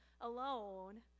alone